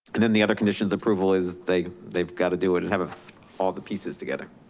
and then the other condition of approval is they they've got to do it and have all the pieces together.